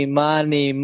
money